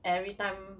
everytime